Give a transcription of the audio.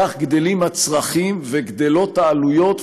כך גדלים הצרכים וגדלות העלויות,